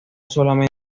solamente